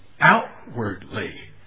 outwardly